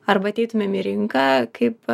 arba ateitumėm į rinką kaip